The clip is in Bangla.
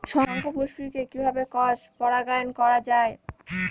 শঙ্খপুষ্পী কে কিভাবে ক্রস পরাগায়ন করা যায়?